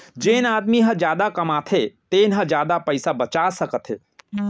जेन आदमी ह जादा कमाथे तेन ह जादा पइसा बचा सकत हे